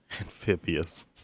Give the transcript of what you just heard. Amphibious